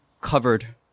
covered